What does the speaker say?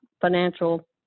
financial